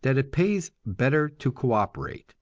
that it pays better to co-operate